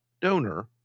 donor